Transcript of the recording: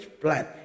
plan